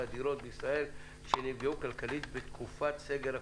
הדירות בישראל שנפגעו כלכלית בתקופת סגר הקורונה,